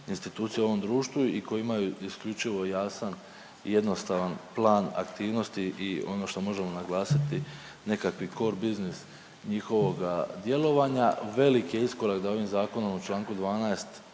institucije u ovom društvu i koje imaju isključivo jasan jednostavan plan aktivnosti i ono što možemo naglasiti nekakvi cor biznis njihovog djelovanja. Veliki je iskorak da ovim zakonom u čl. 12.